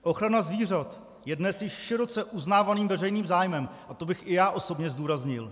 Ochrana zvířat je dnes již široce uznávaným veřejným zájmem a to bych i já osobně zdůraznil.